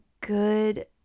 good